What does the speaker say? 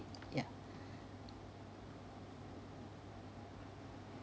ya